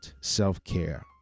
self-care